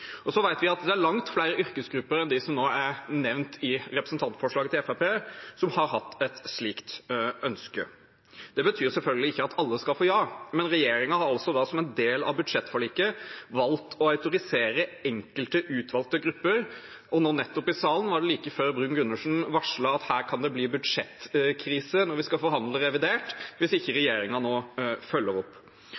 Vi vet det er langt flere yrkesgrupper enn dem som nå er nevnt i representantforslaget fra Fremskrittspartiet, som har hatt et slikt ønske. Det betyr selvfølgelig ikke at alle skal få ja, men regjeringen har, også som en del av budsjettforliket, valgt å autorisere enkelte uttalte grupper. Og nå nettopp i salen var det like før Bruun-Gundersen varslet at det kan bli budsjettkrise når vi skal forhandle om revidert nasjonalbudsjett, hvis ikke